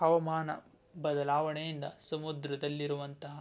ಹವಾಮಾನ ಬದಲಾಣೆಯಿಂದ ಸಮುದ್ರದಲ್ಲಿರುವಂತಹ